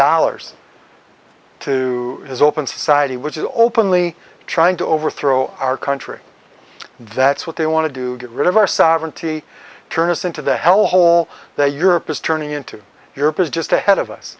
dollars to his open society which is openly trying to overthrow our country that's what they want to do get rid of our sovereignty turn us into the hellhole that europe is turning into europe is just ahead of us